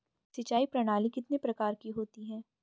सिंचाई प्रणाली कितने प्रकार की होती हैं?